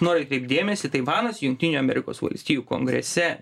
noriu atkreipt dėmesį taivanas jungtinių amerikos valstijų kongrese